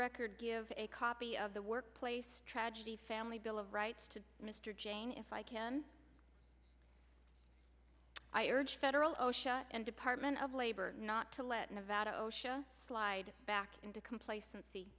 record give a copy of the workplace tragedy family bill of rights to mr jane if i can i urged federal osha and department of labor not to let nevada osha slide back into complacency